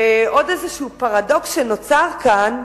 ועוד איזה פרדוקס שנוצר כאן,